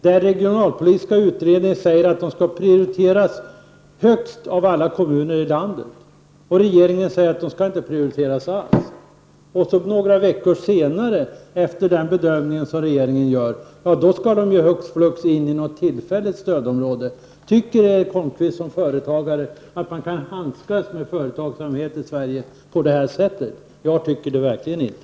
Den regionalpolitiska utredningen säger att Kramfors skall prioriteras högst av alla kommuner i landet. Regeringen säger att den inte skall prioriteras alls. Några veckor efter det att regeringen har gjort denna bedömning skall den hux flux in i ett tillfälligt stödområde. Tycker Erik Holmkvist som företagare att man skall handskas med företagsamheten i Sverige på det sättet? Jag tycker det verkligen inte.